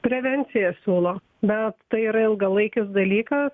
prevenciją siūlo bet tai yra ilgalaikis dalykas